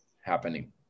happening